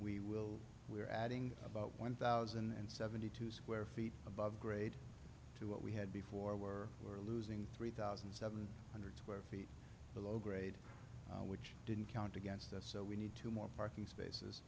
we will we are adding about one thousand and seventy two square feet above grade to what we had before where we're losing three thousand seven hundred square feet below grade which didn't count against us so we need two more parking